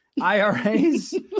IRAs